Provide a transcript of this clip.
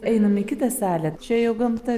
einam į kitą salę čia jau gamta